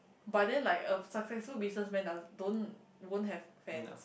but then like a successful businessman does don't won't have fans